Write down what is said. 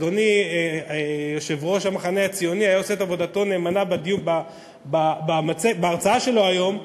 אדוני יושב-ראש המחנה הציוני היה עושה את עבודתו נאמנה בהרצאה שלו היום,